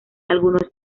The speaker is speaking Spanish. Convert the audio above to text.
algunos